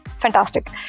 fantastic